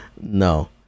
No